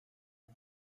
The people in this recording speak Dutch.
doe